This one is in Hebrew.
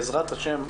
בעזרת-השם,